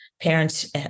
parents